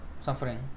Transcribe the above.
suffering